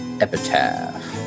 Epitaph